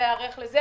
להיערך לזה.